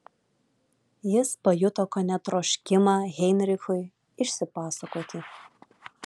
jis pajuto kone troškimą heinrichui išsipasakoti